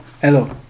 Hello